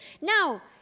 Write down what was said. Now